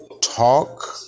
talk